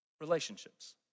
Relationships